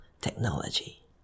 technology